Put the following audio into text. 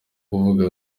kuvuga